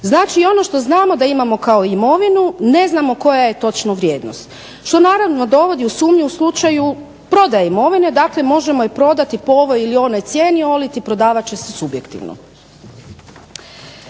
Znači i ono što znamo da imamo kao imovinu ne znamo koja je točno vrijednost što naravno dovodi u sumnju u slučaju prodaje imovine. Dakle, možemo je prodati po ovoj ili onoj cijeni, oliti prodavat će se subjektivno.